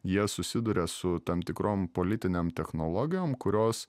jie susiduria su tam tikrom politinėm technologijom kurios